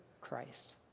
christ